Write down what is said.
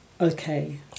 Okay